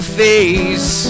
face